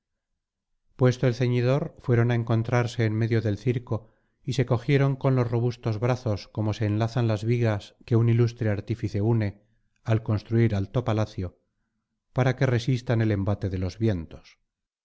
puesto el ceñidor fueron á encontrarse en medio del circo y se cogieron con los robustos brazos como se enlazan las vigas que un ilustre artífice une al construir alto palacio para que resistan el embate de los vientos